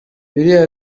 biriya